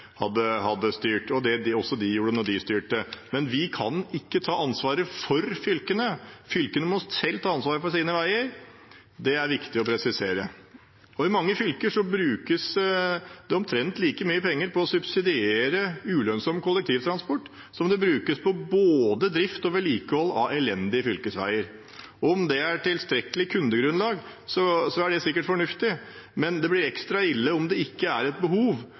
hadde styrt – og som det var da de styrte. Men vi kan ikke ta ansvaret for fylkene. Fylkene må selv ta ansvar for sine veier. Det er det viktig å presisere. I mange fylker brukes det omtrent like mye penger på å subsidiere ulønnsom kollektivtransport som det brukes på både drift og vedlikehold av elendige fylkesveier. Om det er et tilstrekkelig kundegrunnlag, så er det sikkert fornuftig, men det blir ekstra ille om det ikke er et behov,